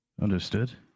Understood